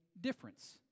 difference